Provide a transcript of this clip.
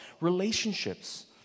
relationships